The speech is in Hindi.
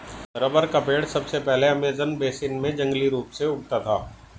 रबर का पेड़ सबसे पहले अमेज़न बेसिन में जंगली रूप से उगता था